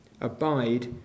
abide